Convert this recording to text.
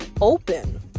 open